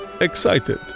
excited